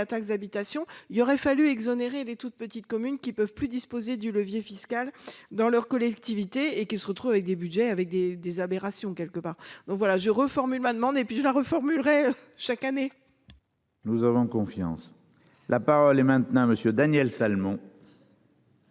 taxe d'habitation. Il aurait fallu. Les toutes petites communes qui peuvent plus disposer du levier fiscal, dans leur collectivité et qui se retrouvent avec des Budgets avec des des aberrations quelque part donc voilà je reformule ma demande et puis je la reformule. Chaque année. Nous avons confiance. La parole est maintenant monsieur Daniel Salmon.